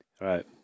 Right